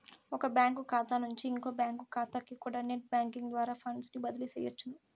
ఒక బ్యాంకు కాతా నుంచి ఇంకో బ్యాంకు కాతాకికూడా నెట్ బ్యేంకింగ్ ద్వారా ఫండ్సుని బదిలీ సెయ్యొచ్చును